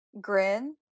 grin